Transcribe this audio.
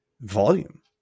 volume